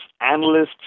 analysts